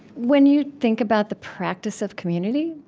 when you think about the practice of community,